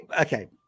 Okay